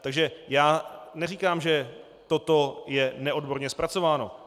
Takže já neříkám, že toto je neodborně zpracováno.